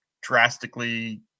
drastically